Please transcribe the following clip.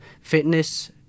fitness